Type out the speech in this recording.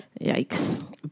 Yikes